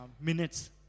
minutes